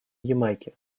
ямайки